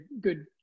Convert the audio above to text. good